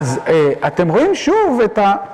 אתם רואים שוב את ה...